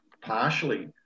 partially